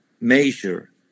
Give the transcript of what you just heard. Measure